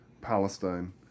Palestine